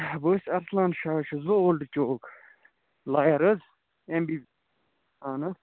بہٕ حظ چھُس اَرسلان شاہ حظ چھُس بہٕ اولڈٕ چوک لایِر حظ ایٚم بی اَہَن حظ